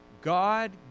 God